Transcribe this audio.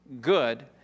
good